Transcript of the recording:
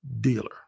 dealer